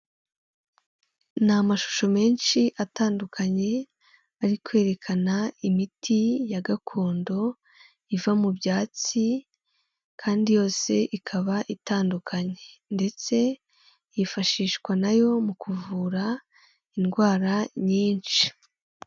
Ni amashusho menshi atandukanye ari kwerekana imiti ya gakondo, iva mu byatsi kandi yose ikaba itandukanye, ndetse yifashishwa na yo mu kuvura indwara nyinshi.